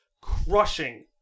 crushing